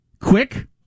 Quick